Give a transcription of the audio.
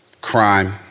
crime